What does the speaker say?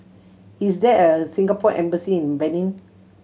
is there a Singapore Embassy in Benin